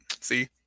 see